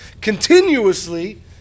continuously